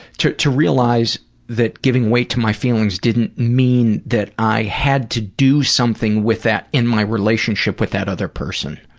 to to realize that giving weight to my feelings didn't mean that i had to do something with that in my relationship with that other person,